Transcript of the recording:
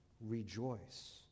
rejoice